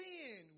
Sin